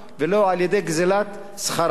ולא על-ידי גזלת שכרם.